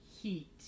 heat